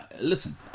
Listen